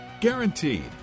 guaranteed